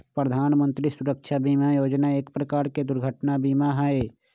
प्रधान मंत्री सुरक्षा बीमा योजना एक प्रकार के दुर्घटना बीमा हई